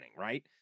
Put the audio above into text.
right